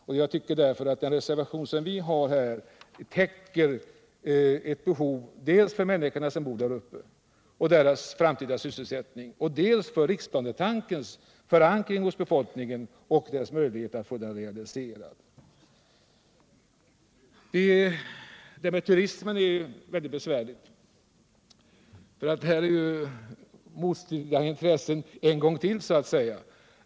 Vår reservation tillgodoser ett behov, dels när det gäller den framtida sysselsättningen för människorna som bor där uppe, dels när det gäller att förankra riksplanetanken hos befolkningen och få den realiserad. När det gäller turismen föreligger också motstridiga intressen.